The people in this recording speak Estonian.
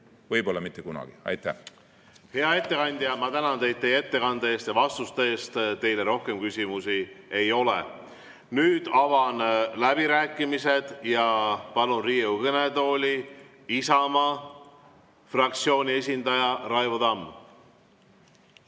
võib-olla mitte kunagi. Hea ettekandja! Ma tänan teid ettekande eest ja vastuste eest. Teile rohkem küsimusi ei ole. Avan läbirääkimised ja palun Riigikogu kõnetooli Isamaa fraktsiooni esindaja Raivo Tamme.